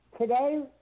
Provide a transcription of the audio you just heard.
today